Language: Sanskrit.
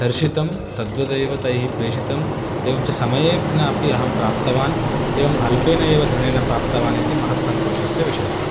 दर्शितं तद्वदेव तैः प्रेषितम् एवं च समयेनापि अहं प्राप्तवान् एवम् अल्पेन एव धनेन प्राप्तवान् इति महत् सन्तोषस्य विषयः